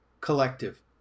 collective